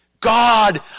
God